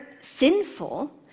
sinful